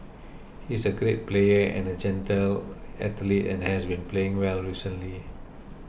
he's a great player and a gentle athlete and has been playing well recently